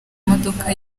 modoka